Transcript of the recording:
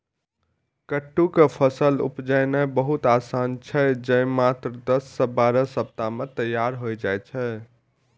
कट्टू के फसल उपजेनाय बहुत आसान छै, जे मात्र दस सं बारह सप्ताह मे तैयार होइ छै